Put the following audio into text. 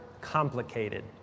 complicated